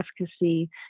efficacy